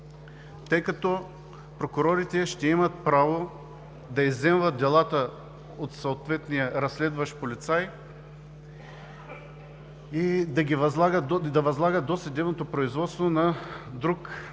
тъй като прокурорите ще имат право да изземват делата от съответния разследващ полицай и да възлагат досъдебното производство на друг